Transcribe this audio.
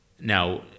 Now